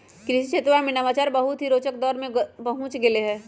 कृषि क्षेत्रवा में नवाचार बहुत ही रोचक दौर में पहुंच गैले है